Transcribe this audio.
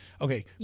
okay